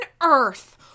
earth